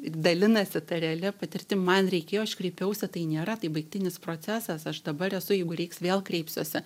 dalinasi ta realia patirtim man reikėjoaš kreipiausi tai nėra tai baigtinis procesas aš dabar esu jeigu reiks vėl kreipsiuosi